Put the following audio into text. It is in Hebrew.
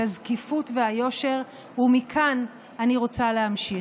את הזקיפות והיושר, ומכאן אני רוצה להמשיך.